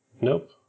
Nope